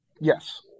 Yes